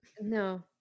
No